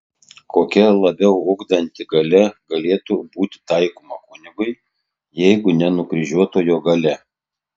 kokia labiau ugdanti galia galėtų būti taikoma kunigui jeigu ne nukryžiuotojo galia